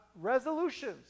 resolutions